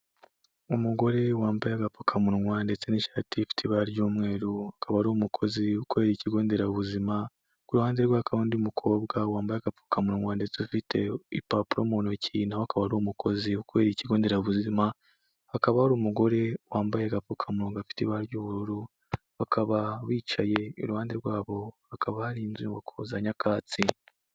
Umugore wambaye agapfukamunwa ndetse n'ishati ifite ibara ry'umweru, akaba ari umukozi ukorera ikigo nderabuzima, ku ruhande rwe hakaba hari undi mukobwa wambaye agapfukamunwa ndetse ufite ibipapuro mu ntoki, na we akaba ari umukozi ukorera ikigo nderabuzima, hakaba hari umugore wambaye agapfukamunwa gafite ibara ry'ubururu, bakaba bicaye, iruhande rwabo hakaba hari inyubako za nyakatsi.